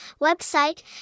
website